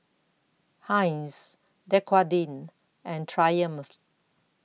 Heinz Dequadin and Triumph